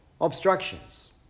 obstructions